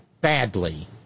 badly